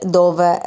dove